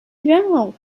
general